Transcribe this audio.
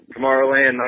Tomorrowland